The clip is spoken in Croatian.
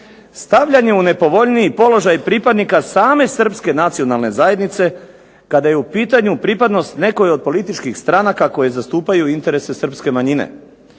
stavljanje u nepovoljniji položaj pripadnika same Srpske nacionalne zajednice kada je u pitanju pripadnost nekoj od političkoj stranaka koje zastupaju interese Srpske manjine.